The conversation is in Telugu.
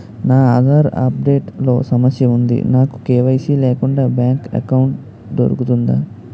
నా ఆధార్ అప్ డేట్ లో సమస్య వుంది నాకు కే.వై.సీ లేకుండా బ్యాంక్ ఎకౌంట్దొ రుకుతుందా?